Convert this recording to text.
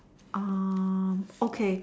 um okay